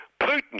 Putin